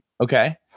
Okay